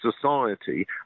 society